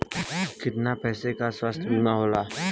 कितना पैसे का स्वास्थ्य बीमा होला?